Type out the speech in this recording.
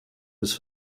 his